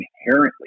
inherently